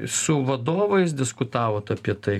su vadovais diskutavot apie tai